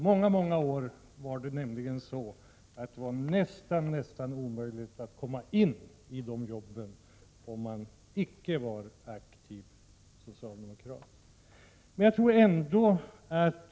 Under många år var det nämligen nästan omöjligt att komma in i de jobben om man inte var aktiv socialdemokrat.